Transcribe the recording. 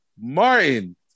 Martin